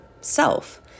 self